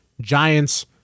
Giants